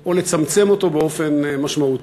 או לצמצם אותו באופן משמעותי.